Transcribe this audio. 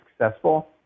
successful